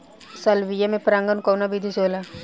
Salvia में परागण कउना विधि से होला?